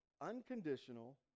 unconditional